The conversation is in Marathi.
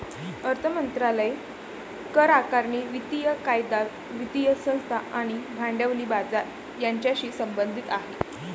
अर्थ मंत्रालय करआकारणी, वित्तीय कायदा, वित्तीय संस्था आणि भांडवली बाजार यांच्याशी संबंधित आहे